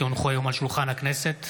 כי הונחו היום על שולחן הכנסת,